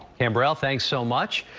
campbell, ah thanks so much.